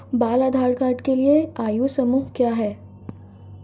बाल आधार कार्ड के लिए आयु समूह क्या है?